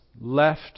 left